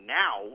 now